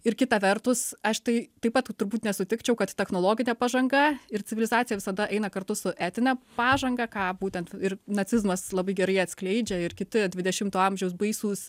ir kita vertus aš tai taip pat turbūt nesutikčiau kad technologinė pažanga ir civilizacija visada eina kartu su etine pažanga ką būtent ir nacizmas labai gerai atskleidžia ir kiti dvidešimto amžiaus baisūs